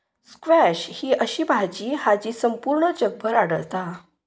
squash ही अशी भाजी हा जी संपूर्ण जगभर आढळता